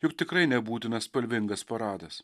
juk tikrai nebūtina spalvingas paradas